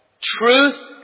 truth